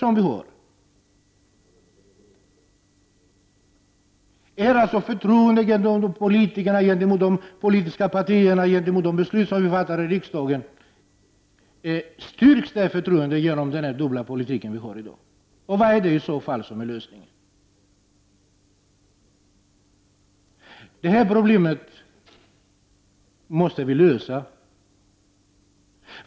Styrks förtroendet gentemot politikerna, de politiska partierna och de beslut som vi fattar i riksdagen med hjälp av den dubbla politiken? Vad är det i så fall som är lösningen? Problemet måste lösas.